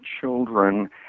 children